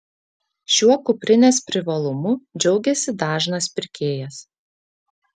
šiuo kuprinės privalumu džiaugiasi dažnas pirkėjas